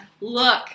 look –